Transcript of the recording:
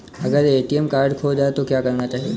अगर ATM card खो जाए तो क्या करना चाहिए?